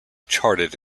charted